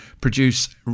produce